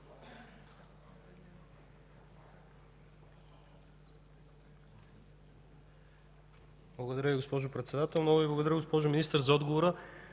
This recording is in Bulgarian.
Благодаря Ви, госпожо Председател. Много Ви благодаря, госпожо Министър, за отговора.